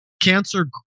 cancer